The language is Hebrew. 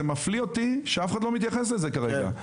זה מפליא אותי שאף אחד לא מתייחס לזה כרגע.